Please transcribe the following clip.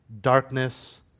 darkness